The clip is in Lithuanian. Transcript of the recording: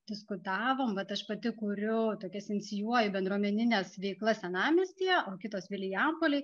diskutavom vat aš pati kuriu tokias inicijuoju bendruomenines veiklas senamiestyje o kitos vilijampolėj